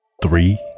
Three